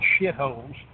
shitholes